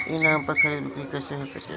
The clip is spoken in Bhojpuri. ई नाम पर खरीद बिक्री कैसे हो सकेला?